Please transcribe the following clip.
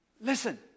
Listen